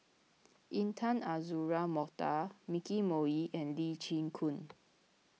Intan Azura Mokhtar Nicky Moey and Lee Chin Koon